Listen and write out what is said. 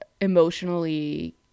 emotionally